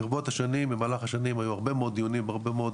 ברבות השנים היו הרבה מאוד דיונים, הרבה מאוד